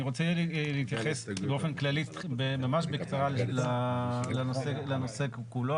אני רוצה להתייחס באופן כללי ממש בקצרה לנושא כולו.